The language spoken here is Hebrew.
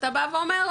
אתה אומר,